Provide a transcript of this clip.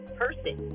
person